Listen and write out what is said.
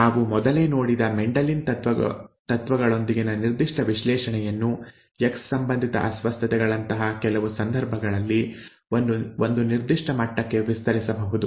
ನಾವು ಮೊದಲೇ ನೋಡಿದ ಮೆಂಡೆಲಿಯನ್ ತತ್ವಗಳೊಂದಿಗಿನ ನಿರ್ದಿಷ್ಟ ವಿಶ್ಲೇಷಣೆಯನ್ನು ಎಕ್ಸ್ ಸಂಬಂಧಿತ ಅಸ್ವಸ್ಥತೆಗಳಂತಹ ಕೆಲವು ಸಂದರ್ಭಗಳಿಗೆ ಒಂದು ನಿರ್ದಿಷ್ಟ ಮಟ್ಟಕ್ಕೆ ವಿಸ್ತರಿಸಬಹುದು